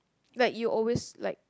like you always like